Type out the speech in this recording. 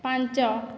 ପାଞ୍ଚ